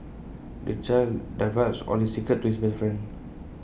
the child divulged all his secrets to his best friend